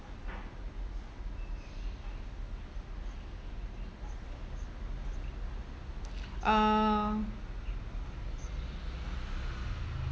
uh